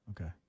Okay